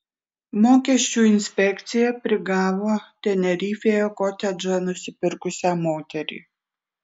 mokesčių inspekcija prigavo tenerifėje kotedžą nusipirkusią moterį